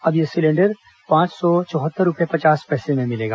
अब यह सिलेंडर पांच सौ चौहत्तर रुपए पचास पैसे में मिलेगा